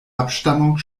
abstammung